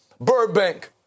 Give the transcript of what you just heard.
Burbank